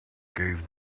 gave